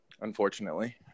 Unfortunately